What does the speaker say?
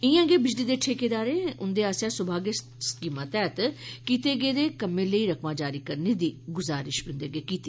इयां गै बिजली दे ठेकेदारें उंदे आस्सेआ सोमाग्य स्कीमां तैह्त कीते गेदे कम्में लेई रकमा जारी करने दी मंग कीती